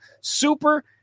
Super